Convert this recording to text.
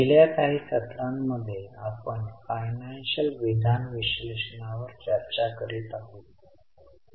शेवटच्या सत्रामध्ये आपण कॅश फ्लो स्टेटमेंटच्या केस नंबर 2 वर चर्चा करीत होतो